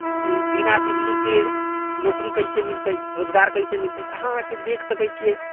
ई बिना डिग्रीके नौकरी कैसे मिलतै रोजगार कैसे मिलतै तऽ अहाँके देख सकै छियै